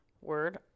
word